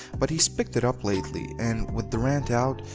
but he's picked it up lately and with durant out,